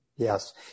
Yes